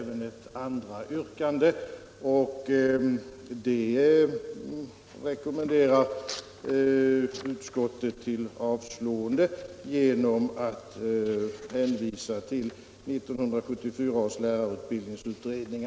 Dess andra yrkande avstyrker utskottet genom att hänvisa till 1974 års lärarutbildningsutredning.